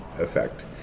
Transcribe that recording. effect